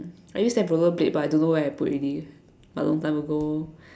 I used to have a rollerblade but I don't where I put already but long time ago